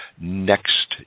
next